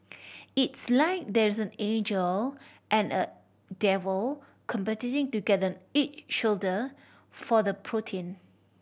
it's like there's an angel and a devil competing to get each shoulder for the protein